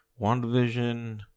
WandaVision